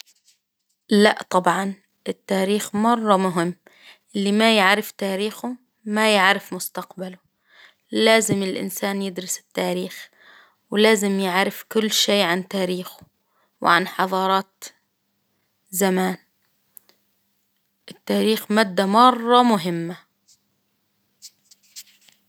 لا طبعا التاريخ مرة مهم، اللي ما يعرف تاريخه ما يعرف مستقبله، لازم الإنسان يدرس التاريخ، ولازم يعرف كل شي عن تاريخه، وعن حضارات زمان، التاريخ مادة مرة مهمة.